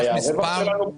מה היה הרווח שלנו?